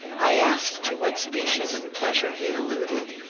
i asked to what species of pleasure he alluded,